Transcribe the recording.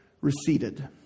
receded